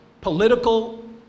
political